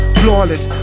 flawless